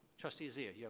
trustee zia, you